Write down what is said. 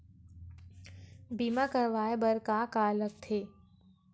बीमा करवाय बर का का लगथे?